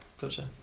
Gotcha